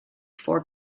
four